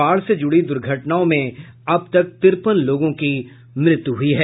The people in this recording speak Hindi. बाढ़ से जुड़ी दुर्घटनाओं में अब तक तिरपन लोगों की मौत हुई है